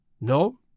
No